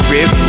Rip